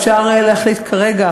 אפשר להחליט כרגע,